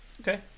Okay